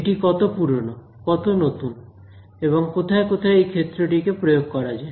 এটি কত পুরনো কত নতুন এবং কোথায় কোথায় এই ক্ষেত্রটিকে প্রয়োগ করা যায়